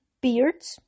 Beards